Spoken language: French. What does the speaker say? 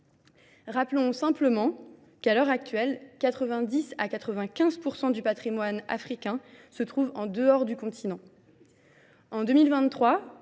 Rappelons simplement qu'à l'heure actuelle, 90 à 95 % du patrimoine africain se trouve en dehors du continent. En 2023,